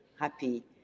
happy